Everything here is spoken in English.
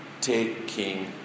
taking